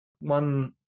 One